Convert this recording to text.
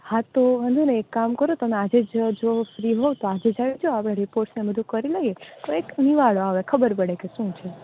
હા તો વાંધોનઈ એક કામ કરો તમે આજે જ જો ફ્રી હો તો આજે જજો આવે રિપોર્ટસ ને બધુ કરી લઈએ તો એક નિવાડો આવે ખબર પડે શું છે